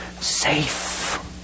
safe